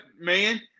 man